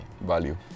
Value